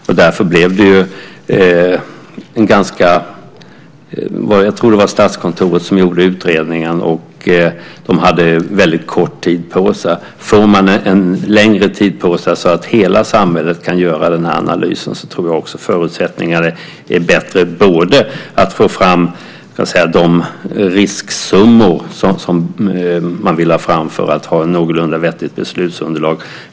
Jag tror att det var Statskontoret som gjorde utredningen. De hade väldigt kort tid på sig. Får man längre tid på sig så att hela samhället kan göra den här analysen tror jag att förutsättningarna är bättre när det gäller att få fram de risksummor som man vill ha för ett någorlunda vettigt beslutsunderlag.